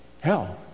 hell